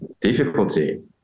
difficulty